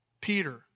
Peter